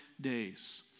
days